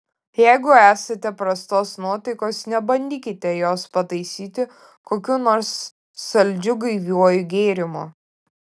jeigu esate prastos nuotaikos nebandykite jos pataisyti kokiu nors saldžiu gaiviuoju gėrimu